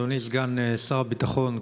אדוני סגן שר הביטחון,